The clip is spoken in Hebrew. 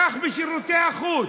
כך בשירותי החוץ.